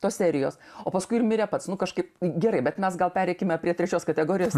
tos serijos o paskui ir mirė pats nu kažkaip gerai bet mes gal pereikime prie trečios kategorijos